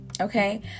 Okay